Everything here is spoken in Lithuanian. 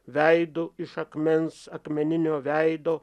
veidu iš akmens akmeninio veido